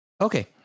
okay